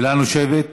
שאלה נוספת?